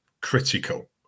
critical